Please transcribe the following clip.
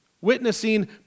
witnessing